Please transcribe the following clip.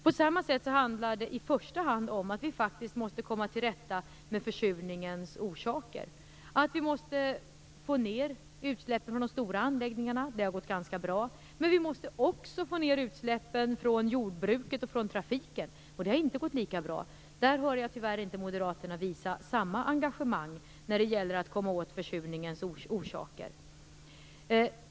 På samma sätt handlar det i första hand om att vi faktiskt måste komma till rätta med försurningens orsaker. Vi måste minska utsläppen från de stora anläggningarna, vilket har gått ganska bra, men vi måste också minska utsläppen från jordbruket och trafiken, och det har inte gått lika bra. På de områdena visar tyvärr inte Moderaterna samma engagemang när det gäller att komma åt försurningens orsaker.